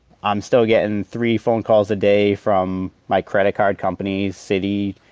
i'm still gettin' three phone calls a day from my credit card company, citi,